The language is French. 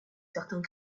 certains